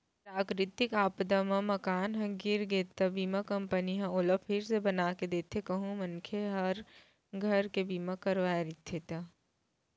पराकरितिक आपदा म मकान ह गिर गे त बीमा कंपनी ह ओला फिर से बनाके देथे कहूं मनखे ह घर के बीमा करवाय रहिथे ता